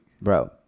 Bro